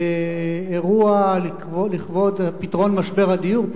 באירוע לכבוד פתרון משבר הדיור,